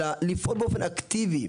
אלא לפעול באופן אקטיבי.